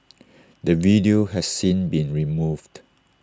the video has since been removed